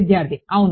విద్యార్థి అవును